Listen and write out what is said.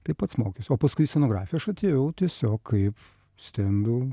tai pats mokiausi o paskui į scenografiją aš atėjau tiesiog kaip stendų